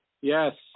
Yes